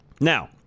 Now